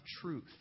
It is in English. truth